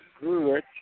good